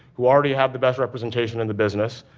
who already have the best representation in the business,